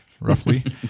roughly